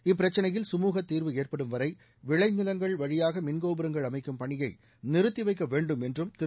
இப்பிரச்சினையில் சுமுகத் தீர்வு ஏற்படும் வரை விளைநிலங்கள் வழியாக மின் கோபுரங்கள் அமைக்கும் பணியை நிறுத்தி வைக்க வேண்டும் என்றும் திரு